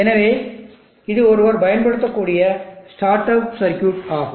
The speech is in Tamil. எனவே இது ஒருவர் பயன்படுத்தக்கூடிய ஸ்டார்ட்அப் சர்க்யூட் ஆகும்